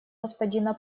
господина